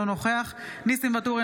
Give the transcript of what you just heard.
אינו נוכח ניסים ואטורי,